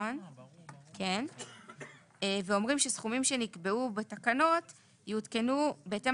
אומרים שסכומים שנקבעו בתקנות יעודכנו בהתאם